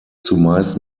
zumeist